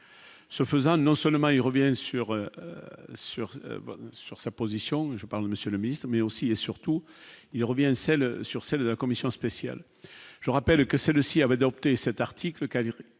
Ce faisant, non seulement il revient sur sur sur sa position, je parle, Monsieur le Ministre, mais aussi et surtout, il revient celle sur celle de la commission spéciale, je rappelle que c'est le s'il avait donc cet article et